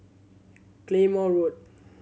Claymore Road